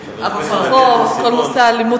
אפרופו כל נושא האלימות,